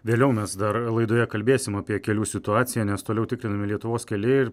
vėliau mes dar laidoje kalbėsim apie kelių situaciją nes toliau tikrinami lietuvos keliai ir